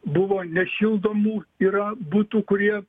buvo nešildomų yra butų kurie